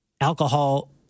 Alcohol